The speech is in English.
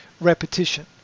repetition